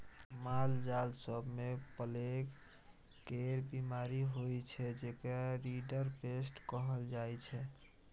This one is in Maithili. मालजाल सब मे प्लेग केर बीमारी होइ छै जेकरा रिंडरपेस्ट कहल जाइ छै